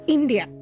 India